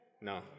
No